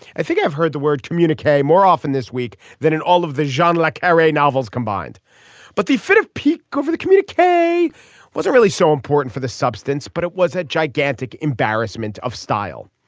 i think i've heard the word communique more often this week than in all of the genre like era novels combined but the fit of pique over the communique wasn't really so important for the substance but it was a gigantic embarrassment of style.